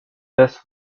this